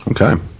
Okay